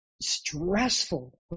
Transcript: Stressful